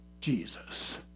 Jesus